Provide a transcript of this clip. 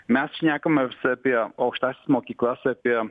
mes šnekame apie aukštąsias mokyklas apie